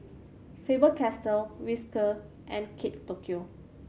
Faber Castell Whiskas and Kate Tokyo